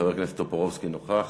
חבר הכנסת טופורובסקי אינו נוכח.